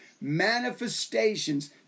manifestations